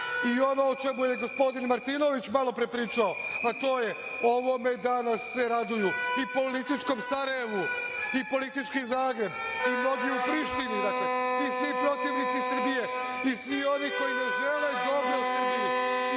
o čemu je gospodin Martinović malo pre pričao, to je da se ovome danas raduju i političko Sarajevo i politički Zagreb i mnogi u Prištini, svi ti protivnici Srbije i svi oni koji ne žele dobro Srbije,